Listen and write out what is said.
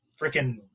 freaking